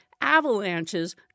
avalanches